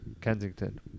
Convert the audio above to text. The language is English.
Kensington